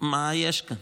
מה יש כאן?